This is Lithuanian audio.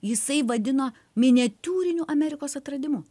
jisai vadino miniatiūriniu amerikos atradimu